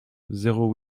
zéro